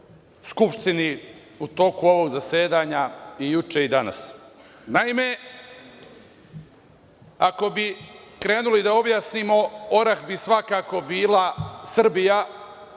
u toku ovog zasedanja i juče i danas.15/2 MO/CGNaime ako bi krenuli da objasnimo orah bi svakako bila Srbija,